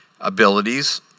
abilities